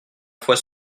fois